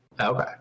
Okay